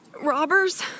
robbers